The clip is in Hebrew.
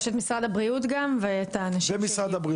יש גם את משרד הבריאות ואת האנשים שהגיעו.